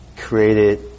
created